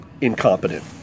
incompetent